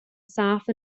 saff